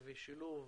מושב החורף,